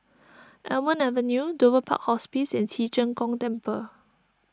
Almond Avenue Dover Park Hospice and Ci Zheng Gong Temple